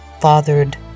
fathered